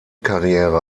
karriere